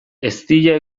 eztia